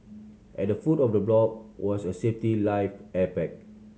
at the foot of the block was a safety life air pack